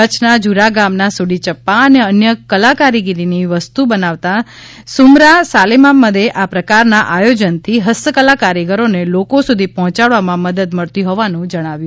કચ્છના ઝરા ગામના સુડી ચપ્પા અને અન્ય કલાકારીગરી ની વસ્તુ બનાવતા સુમરા સાલેમામદે આ પ્રકારના આયોજનથી હસ્તકલા કારીગરોને લોકો સુધી પહોંચવામાં મદદ મળતી હોવાનું જણાવ્યું